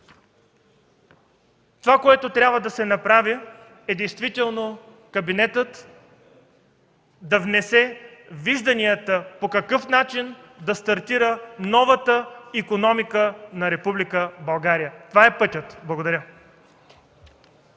Това, което трябва да се направи, е действително кабинетът да внесе виждания по какъв начин да стартира новата икономика на Република България. Това е пътят! Благодаря.